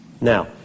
Now